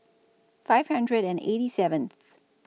five hundred and eighty seventh